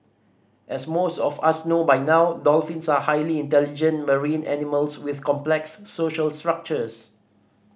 as most of us know by now dolphins are highly intelligent marine animals with complex social structures